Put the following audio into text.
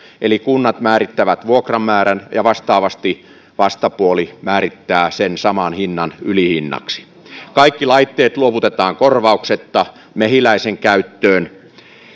eli kunnat määrittävät vuokran määrän ja vastaavasti vastapuoli määrittää sen saman hinnan ylihinnaksi kaikki laitteet luovutetaan korvauksetta mehiläisen käyttöön